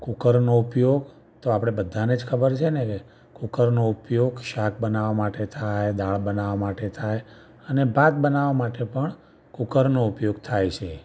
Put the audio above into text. કૂકરનો ઉપયોગ તો આપણે બધાને જ ખબર છે ને કે કૂકરનો ઉપયોગ શાક બનાવવા માટે થાય દાળ બનાવવા માટે થાય અને ભાત બનાવવા માટે પણ કૂકરનો ઉપયોગ થાય છે